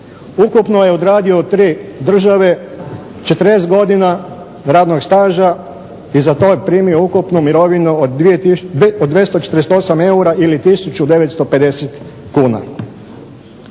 Ukupno je odradio u tri države 40 godina radnog staža i za to je primio ukupnu mirovinu od 248 eura ili 1950 kuna.